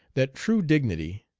that true dignity,